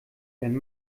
wenn